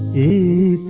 a